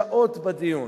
שעות בדיון,